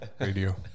radio